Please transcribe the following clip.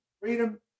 freedom